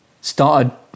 started